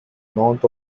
north